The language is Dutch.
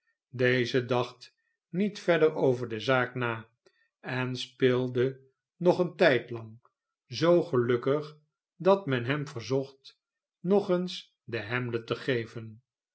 deze dacht niet verder over de zaak na en speelde nog een tijdlang zoo gelukkig dat men hem verzocht nog eens den hamlet te geven